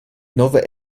nova